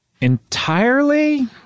Entirely